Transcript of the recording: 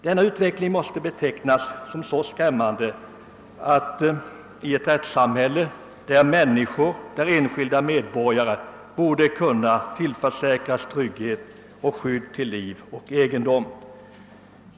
Denna utveckling måste betecknas som skrämmande i ett rättssamhälle, där enskilda medborgare borde kunna tillförsäkras trygghet och skydd till liv och egendom.